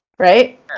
Right